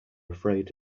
afraid